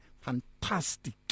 fantastic